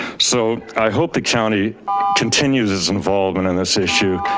so i hope the county continues its involvement in this issue.